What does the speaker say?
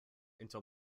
into